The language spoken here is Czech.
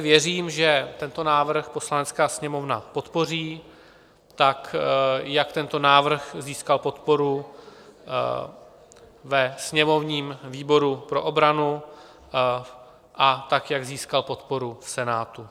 Věřím, že tento návrh Poslanecká sněmovna podpoří tak, jako tento návrh získal podporu ve sněmovním výboru pro obranu a tak, jak získal podporu v Senátu.